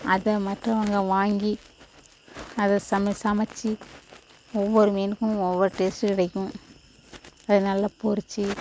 அதை மற்றவங்க வாங்கி அதை சம சமைச்சு ஒவ்வொரு மீனுக்கும் ஒவ்வொரு டேஸ்ட் கிடைக்கும் அதை நல்லா பொரிச்சி